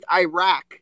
Iraq